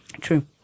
True